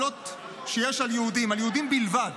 שיש על יהודים, על יהודים בלבד.